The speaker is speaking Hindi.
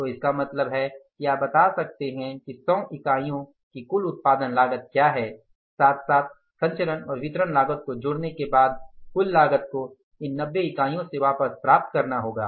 तो इसका मतलब है कि आप बता सकते हैं कि 100 इकाइयों की कुल उत्पादन लागत क्या है साथ साथ संचरण और वितरण लागत को जोड़ने के बाद कुल लागत को इन 90 इकाइयों से वापस प्राप्त करना होगा